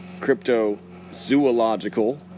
cryptozoological